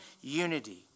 unity